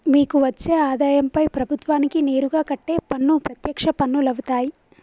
మీకు వచ్చే ఆదాయంపై ప్రభుత్వానికి నేరుగా కట్టే పన్ను ప్రత్యక్ష పన్నులవుతాయ్